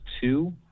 two